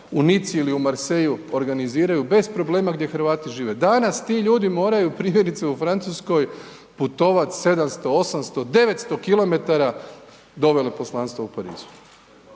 u Nici ili u Marseilleu organiziraju bez problema gdje Hrvati žive. Danas ti ljudi moraju primjerice u Francuskoj putovati 700, 800, 900 km do veleposlanstva u Parizu.